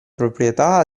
proprietà